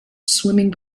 swimming